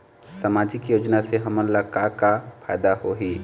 सामाजिक योजना से हमन ला का का फायदा होही?